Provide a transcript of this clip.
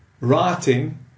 writing